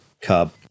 Cub